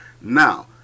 Now